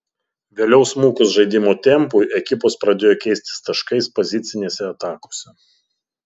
vėliau smukus žaidimo tempui ekipos pradėjo keistis taškais pozicinėse atakose